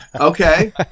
okay